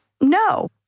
no